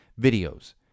videos